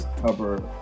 cover